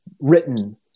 written